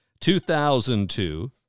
2002